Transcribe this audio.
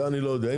זה אני לא יודע.